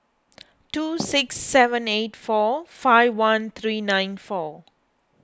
two six seven eight four five one three nine four